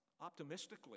optimistically